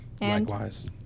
Likewise